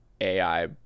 ai